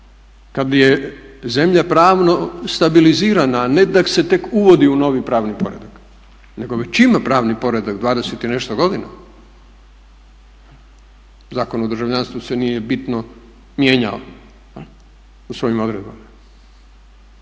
Kad je zemlja pravno stabilizirana, a ne da se tek uvodi u novi pravni poredak, nego već ima pravni poredak 20 i nešto godina. Zakon o državljanstvu se nije bitno mijenjao u svojim odredbama,